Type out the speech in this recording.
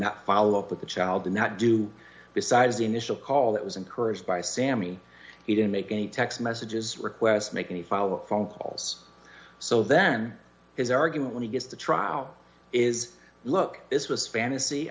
not follow up with the child did not do besides the initial call that was encouraged by sammy he didn't make any text messages requests make any follow up phone calls so then his argument when he gets to trial is look this was fantasy